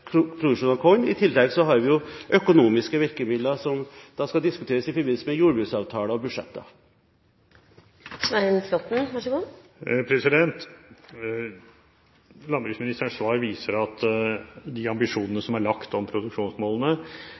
av korn. I tillegg har vi økonomiske virkemidler som skal diskuteres i forbindelse med jordbruksavtalen og budsjetter. Landbruksministerens svar viser at de ambisjonene som er lagt om produksjonsmålene,